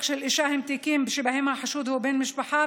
של אישה הם תיקים שבהם החשוד הוא בן משפחה,